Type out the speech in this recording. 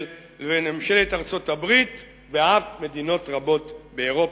לבין ממשלת ארצות-הברית ואף מדינות רבות באירופה.